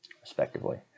respectively